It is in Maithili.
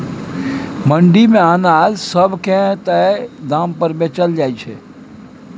मंडी मे अनाज सब के तय दाम पर बेचल जाइ छै